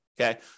Okay